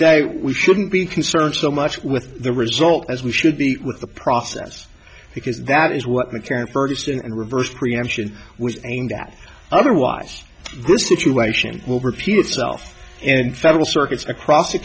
day we shouldn't be concerned so much with the result as we should be with the process because that is what mclaren ferguson and reversed preemption was aimed at otherwise the situation will repeat itself and federal circuits across the